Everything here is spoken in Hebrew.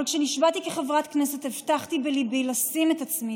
אבל כשנשבעתי כחברת כנסת הבטחתי בליבי לשים את עצמי